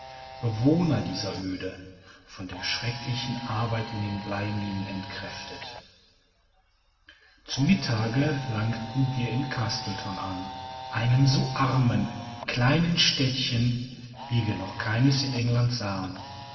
bewohner dieser öde von der schrecklichen arbeit in den bleiminen entkräftet zu mittage langten wir in castleton an einem so armen kleinen städtchen wie wir noch keines in england sahen